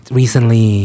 recently